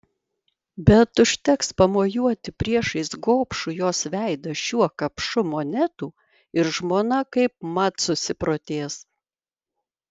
bet užteks pamojuoti priešais gobšų jos veidą šiuo kapšu monetų ir žmona kaipmat susiprotės